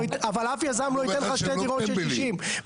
אבל אף יזם לא ייתן לך שתי דירות של 60. הוא אומר לך שהם לא טמבלים.